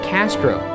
Castro